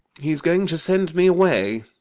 he's going to send me away.